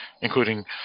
including